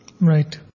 Right